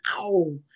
wow